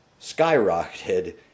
skyrocketed